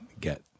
get